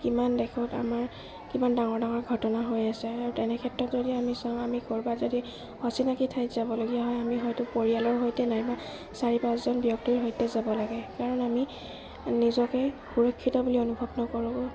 কিমান দেশত আমাৰ কিমান ডাঙৰ ডাঙৰ ঘটনা হৈ আছে আৰু তেনেক্ষেত্ৰত যদি আমি চাওঁ আমি ক'ৰবাত যদি অচিনাকী ঠাইত যাবলগীয়া হয় আমি হয়টো পৰিয়ালৰ সৈতে নাইবা চাৰি পাঁচজন ব্যক্তিৰ সৈতে যাব লাগে কাৰণ আমি নিজকে সুৰক্ষিত বুলি অনুভৱ নকৰোঁ